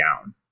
down